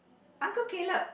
uncle Caleb